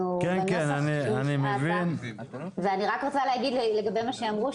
אני רק רוצה להגיד לגבי מה שאמרו,